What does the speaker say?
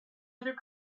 other